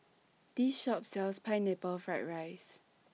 This Shop sells Pineapple Fried Rice